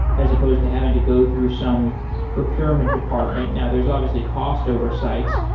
as opposed to having to go through some procurement department. now there's obviously cost oversights,